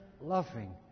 loving